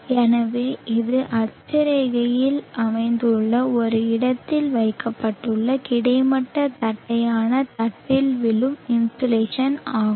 எனவே இது அட்சரேகையில் அமைந்துள்ள ஒரு இடத்தில் வைக்கப்பட்டுள்ள கிடைமட்ட தட்டையான தட்டில் விழும் இன்சோலேஷன் ஆகும்